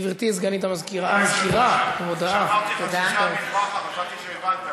אדוני היושב-ראש, כשאמרתי לך, חשבתי שהבנת,